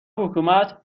حکومت